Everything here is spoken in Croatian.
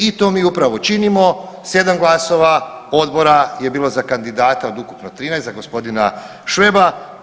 I to mi upravo činimo, 7 glasova odbora je bilo za kandidata od ukupno 13 za gospodina Šveba.